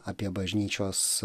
apie bažnyčios